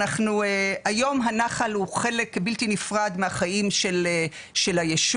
היום הנחל הוא חלק בלתי נפרד מהחיים של היישוב.